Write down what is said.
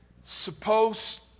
supposed